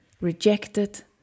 rejected